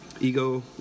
Ego